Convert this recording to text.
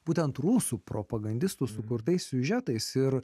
būtent rusų propagandistų sukurtais siužetais ir